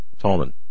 Tallman